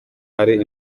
ari